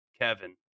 Kevin